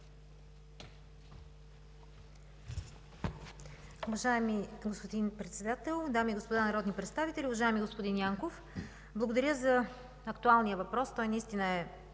Уважаеми господин Председател, дами и господа народни представители! Уважаеми господин Янков, благодаря за актуалния въпрос. Той наистина е